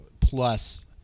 plus